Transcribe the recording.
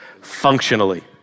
functionally